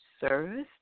Service